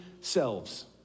selves